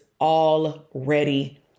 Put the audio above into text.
already